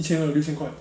一千二 to 六千块